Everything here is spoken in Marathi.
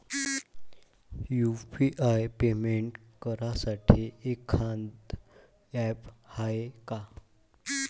यू.पी.आय पेमेंट करासाठी एखांद ॲप हाय का?